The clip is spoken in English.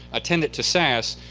attendant to sas,